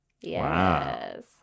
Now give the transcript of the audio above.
Yes